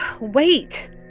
Wait